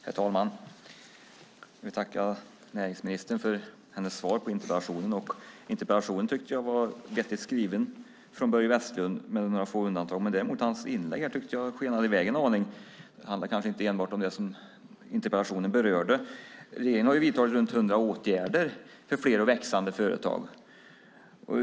Herr talman! Jag tackar näringsministern för hennes svar på interpellationen. Jag tyckte att interpellationen från Börje Vestlund var vettigt skriven med några få undantag. Däremot tyckte jag att hans inlägg här skenade i väg en aning. Det handlar kanske inte enbart om det som interpellationen berörde. Regeringen har vidtagit runt hundra åtgärder för fler och växande företag.